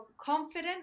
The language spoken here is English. confident